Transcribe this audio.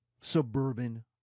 suburban